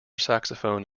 saxophone